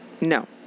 no